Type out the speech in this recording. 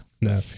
No